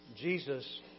Jesus